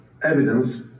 evidence